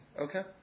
Okay